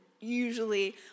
usually